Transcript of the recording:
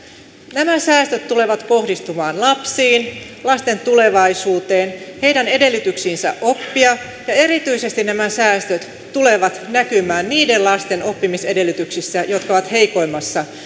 nämä säästöt tulevat kohdistumaan lapsiin lasten tulevaisuuteen heidän edellytyksiinsä oppia ja erityisesti nämä säästöt tulevat näkymään niiden lasten oppimisedellytyksissä jotka ovat heikoimmassa